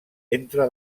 entre